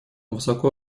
высоко